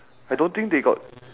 I don't think they got